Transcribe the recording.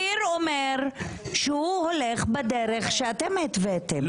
אופיר אומר שהוא הולך בדרך שאתם התוויתם,